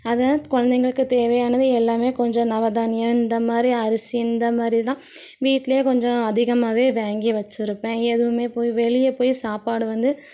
அதை கொழந்தைகளுக்கு தேவையானது எல்லாமே கொஞ்சம் நவதானியம் இந்தமாதிரி அரிசி இந்தமாதிரி தான் வீட்லையே கொஞ்சம் அதிகமாகவே வாங்கி வெச்சுருப்பேன் எதுவும் போய் வெளியே போய் சாப்பாடு வந்து